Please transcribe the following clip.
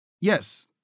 yes